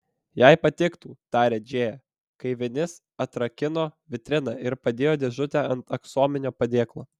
jai patiktų tarė džėja kai vinis atrakino vitriną ir padėjo dėžutę ant aksominio padėklo